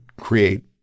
create